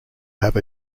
have